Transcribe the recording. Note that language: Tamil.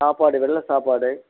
சாப்பாடு வெள்ளை சாப்பாடு